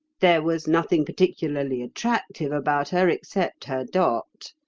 there was nothing particularly attractive about her except her dot.